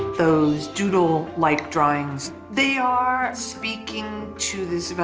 those doodle-like like drawings, they are speaking to this,